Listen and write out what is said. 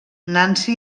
nancy